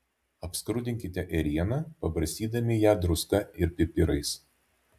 apskrudinkite ėrieną pabarstydami ją druska ir pipirais